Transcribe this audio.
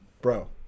bro